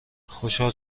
خوشحال